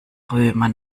römer